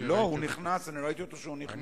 אני ראיתי אותו נכנס.